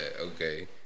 Okay